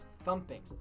thumping